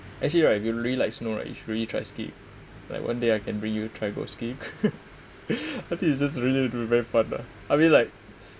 actually right if you really like snow right you should really try ski like one day I can bring you try go ski I think it's just really going to be very fun lah I mean like